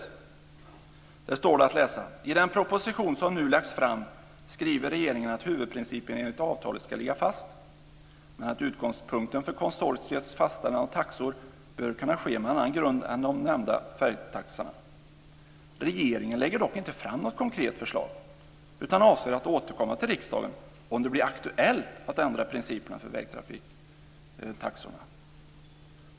I betänkandet står att läsa: I den proposition som nu lagts fram skriver regeringen att huvudprincipen enligt avtalet ska ligga fast men att utgångspunkten för konsortiets fastställande av taxor bör kunna ske på en annan grund än de nämnda färjetaxorna. Regeringen lägger dock inte fram något konkret förslag, utan avser att återkomma till riksdagen om det blir aktuellt att ändra principerna för vägtrafiktaxorna.